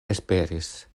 esperis